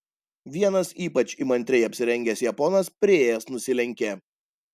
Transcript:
vienas ypač įmantriai apsirengęs japonas priėjęs nusilenkė